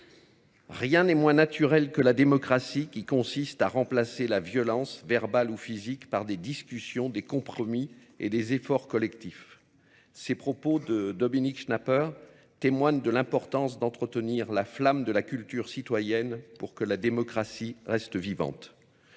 Rien n'est moins naturel que la démocratie qui consiste à remplacer la violence, verbale ou physique, par des discussions, des compromis et des efforts collectifs. Ces propos de Dominic Schnapper témoignent de l'importance d'entretenir la flamme de la culture citoyenne pour que la démocratie reste vivante.